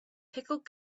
pickled